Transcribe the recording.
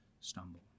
stumble